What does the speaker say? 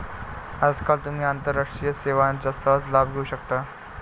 आजकाल तुम्ही आंतरराष्ट्रीय सेवांचा सहज लाभ घेऊ शकता